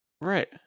Right